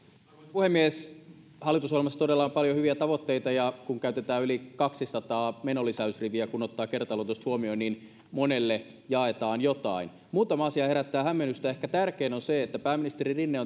puhemies hallitusohjelmassa todella on paljon hyviä tavoitteita ja kun käytetään yli kaksisataa menolisäysriviä kun ottaa kertaluontoiset huomioon niin monelle jaetaan jotain muutama asia herättää hämmennystä ehkä tärkein on se että pääministeri rinne